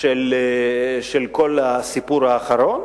של כל הסיפור האחרון,